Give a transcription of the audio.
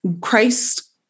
Christ